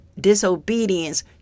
disobedience